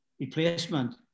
replacement